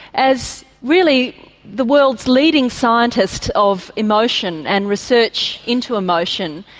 as really the world's leading scientist of emotion and research into emotion.